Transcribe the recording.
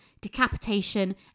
decapitation